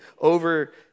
over